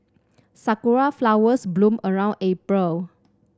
sakura flowers bloom around April